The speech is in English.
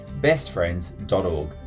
bestfriends.org